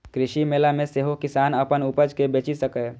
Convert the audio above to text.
कृषि मेला मे सेहो किसान अपन उपज कें बेचि सकैए